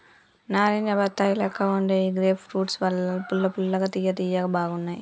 నారింజ బత్తాయి లెక్క వుండే ఈ గ్రేప్ ఫ్రూట్స్ పుల్ల పుల్లగా తియ్య తియ్యగా బాగున్నాయ్